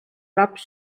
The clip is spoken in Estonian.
laps